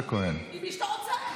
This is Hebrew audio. עם מי שאתה רוצה.